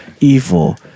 evil